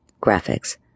graphics